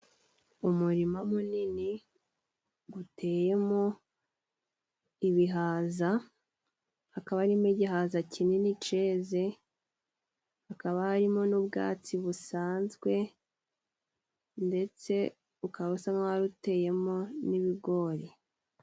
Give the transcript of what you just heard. Umurima munini guteyemo ibihaza, hakaba harimo igihaza kinini ceze, hakaba harimo n'ubwatsi busanzwe ndetse ukaba usa nk'aho wari uteyemo n'ibigori.